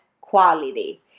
quality